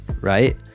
right